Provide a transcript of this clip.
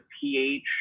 pH